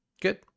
Good